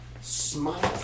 smart